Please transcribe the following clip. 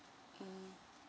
mm